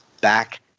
back